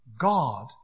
God